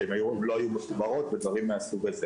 כי הן לא היו מחוברות ודברים מהסוג הזה.